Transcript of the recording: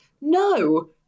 No